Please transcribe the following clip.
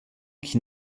qui